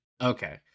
Okay